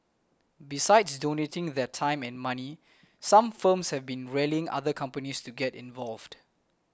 besides donating their time and money some firms have been rallying other companies to get involved